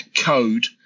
code